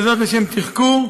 וזאת לשם תחקור,